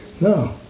No